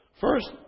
First